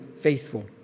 faithful